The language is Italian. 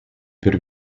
per